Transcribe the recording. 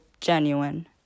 genuine